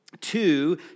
two